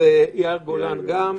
יאיר גולן גם.